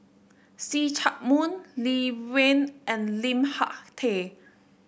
See Chak Mun Lee Wen and Lim Hak Tai